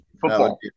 Football